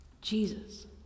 Jesus